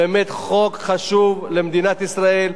זה באמת חוק חשוב למדינת ישראל,